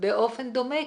באופן דומה,